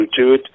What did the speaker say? Bluetooth